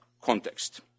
context